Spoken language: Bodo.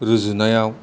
रुजुनायाव